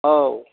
औ